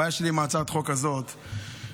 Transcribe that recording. הבעיה שלי עם הצעת החוק הזאת היא שבעצם